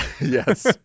Yes